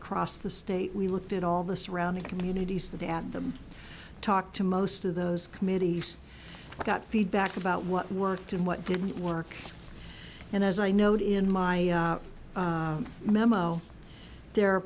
across the state we looked at all the surrounding communities to add them talk to most of those committees got feedback about what worked and what didn't work and as i noted in my memo there are